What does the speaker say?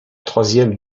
troisième